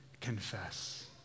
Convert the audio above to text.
confess